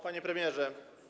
Panie Premierze!